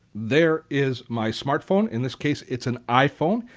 there is my smartphone, in this case it's an iphone,